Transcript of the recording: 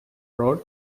rod